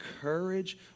courage